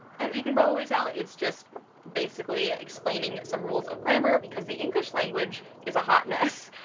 as you can probably tell, it's just basically explaining some rules of grammar because the english language is a hot mess,